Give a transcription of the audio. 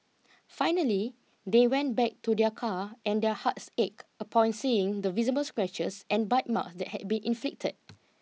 finally they went back to their car and their hearts ache upon seeing the visible scratches and bite mark that had been inflicted